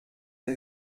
der